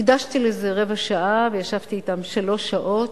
הקדשתי לזה רבע שעה וישבתי אתם שלוש שעות.